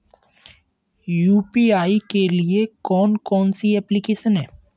UPI के लिए कौन कौन सी एप्लिकेशन हैं?